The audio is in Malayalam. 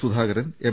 സുധാകരൻ എം